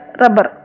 rubber